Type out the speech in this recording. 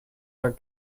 are